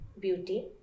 beauty